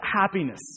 happiness